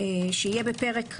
שיהיה בפרק א',